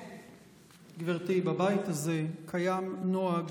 גברתי, בבית הזה קיים נוהג